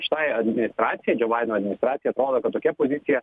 šitai administracijai džio baideno administracijai atrodo kad tokia pozicija